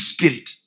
Spirit